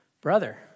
brother